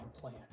plan